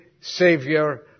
Savior